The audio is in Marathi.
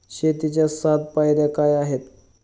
शेतीच्या सात पायऱ्या काय आहेत?